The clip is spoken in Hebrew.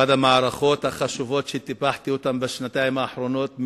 אחת המערכות החשובות שטיפחתי בשנתיים האחרונות,